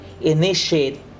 initiate